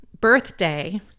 birthday